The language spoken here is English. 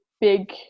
big